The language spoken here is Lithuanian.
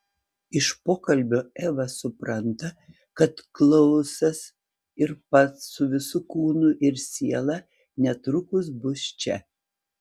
iš pokalbio eva supranta kad klausas ir pats su visu kūnu ir siela netrukus bus čia